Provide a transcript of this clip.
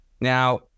Now